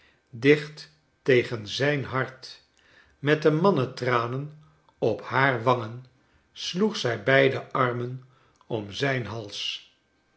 dicht tegen zijn hart met de mannentranen op haar wangen sloeg zij beide armen om zijn hals